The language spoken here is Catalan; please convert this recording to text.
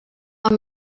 amb